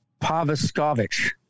Pavaskovich